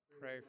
Pray